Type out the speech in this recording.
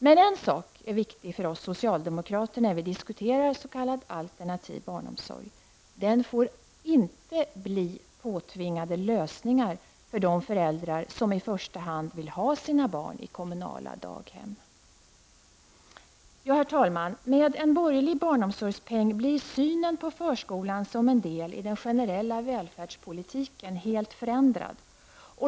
Men en sak är viktig för oss socialdemokrater när vi diskuterar s.k. alternativ barnomsorg, nämligen att den inte får bli lösningar som påtvingas de föräldrar som i första hand vill ha sina barn i kommunala daghem. Herr talman! Med en borgerlig barnomsorgspeng blir synen på förskolan som en del i den generella välfärdspolitiken helt förändrad.